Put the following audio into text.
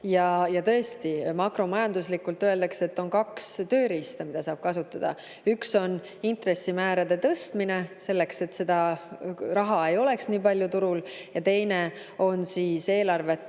Ja tõesti, makromajanduslikult öeldakse, et on kaks tööriista, mida saab kasutada. Üks on intressimäärade tõstmine, et raha ei oleks nii palju turul, ja teine on eelarvete